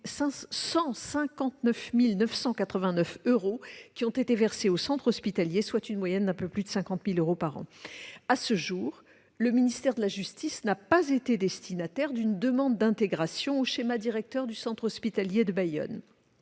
159 989 euros qui ont été versés au centre hospitalier, soit une moyenne d'un peu plus de 50 000 euros par an. À ce jour, le ministère de la justice n'a pas été destinataire d'une demande d'intégration au schéma directeur du centre hospitalier de Bayonne.